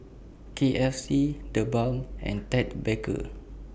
K F C The Balm and Ted Baker